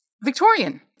Victorian